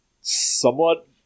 somewhat